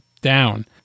down